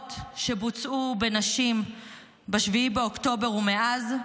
הזוועות שבוצעו בנשים ב-7 באוקטובר ומאז.